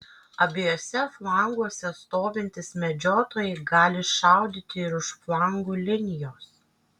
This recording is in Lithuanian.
abiejuose flanguose stovintys medžiotojai gali šaudyti ir už flangų linijos